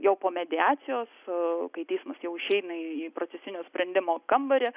jau po mediacijos e kai teismas jau išeina į į procesinių sprendimų kambarį